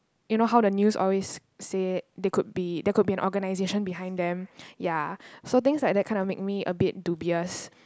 you know how the news always say there could be there could be an organization behind them ya so things like that kind of make me a bit dubious